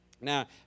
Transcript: Now